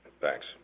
Thanks